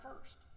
first